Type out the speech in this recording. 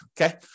okay